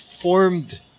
formed